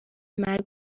مرگ